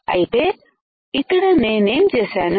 అయితే ఇక్కడ నేనేం చేశాను